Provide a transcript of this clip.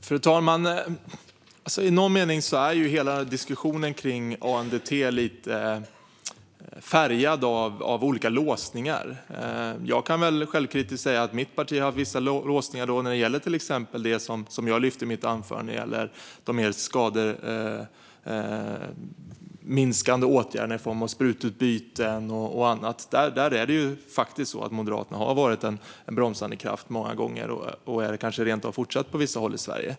Fru talman! I någon mening är hela diskussionen kring ANDT lite färgad av olika låsningar. Jag kan självkritiskt säga att mitt parti har haft vissa låsningar när det gäller till exempel det som jag lyfte fram i mitt anförande om de mer skademinskande åtgärderna i form av sprututbyten och annat. Där är det faktiskt så att Moderaterna har varit en bromsande kraft många gånger, och är det kanske rent av fortsatt på vissa håll i Sverige.